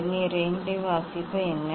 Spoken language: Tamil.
வெர்னியர் 2 இன் வாசிப்பு என்ன